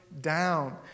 down